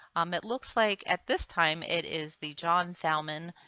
um it looks like at this time it is the john thalman